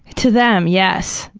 to them, yes.